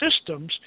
systems